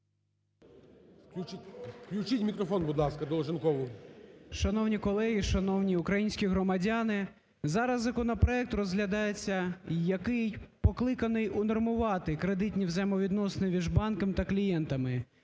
Шановні колеги! Шановні українські громадяни! Зараз законопроект розглядається, який покликаний унормувати кредитні взаємовідносини між банком та клієнтами.